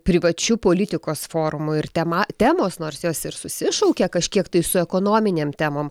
privačiu politikos forumu ir tema temos nors jos ir susišaukia kažkiek tai su ekonominėm temom